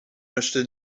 möchte